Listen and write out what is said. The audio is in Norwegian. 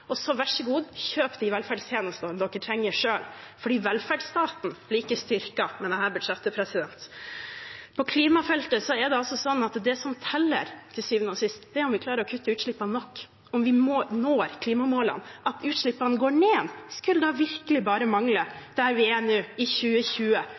og så: vær så god, kjøp de velferdstjenestene dere trenger selv, fordi velferdsstaten blir ikke styrket med dette budsjettet. På klimafeltet er det altså sånn at det som teller til syvende og sist, er om vi klarer å kutte utslippene nok, om vi når klimamålene. At utslippene går ned, skulle da virkelig bare